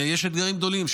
ויש אתגרים גדולים,